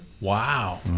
Wow